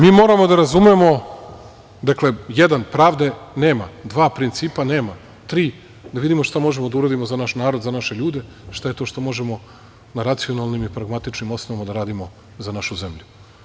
mi moramo da razumemo, dakle jedan - pravde nema, dva - principa nema, tri – da vidimo šta možemo da uradimo za naš narod, za naše ljude, šta je to što možemo na racionalnim i pragmatičnim osnovama da radio za našu zemlju.